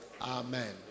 Amen